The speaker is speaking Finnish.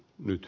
nyt